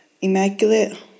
Immaculate